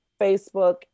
Facebook